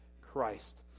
Christ